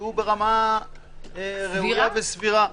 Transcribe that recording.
יהיו ברמה ראויה וסבירה.